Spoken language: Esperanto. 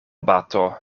bato